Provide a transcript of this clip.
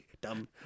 Dumb